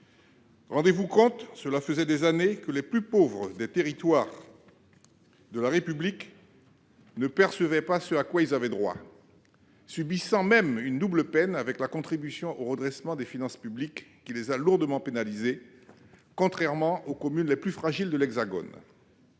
Rendez-vous compte, cela faisait des années que les plus pauvres des territoires de la République ne percevaient pas ce à quoi ils avaient droit, subissant même une double peine avec la contribution au redressement des finances publiques (CRFP) qui les a lourdement pénalisés, contrairement aux communes les plus fragiles de l'Hexagone.